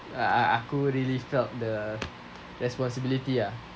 aku really felt the responsibility ah